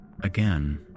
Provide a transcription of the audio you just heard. Again